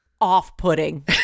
off-putting